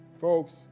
folks